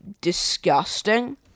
disgusting